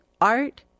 art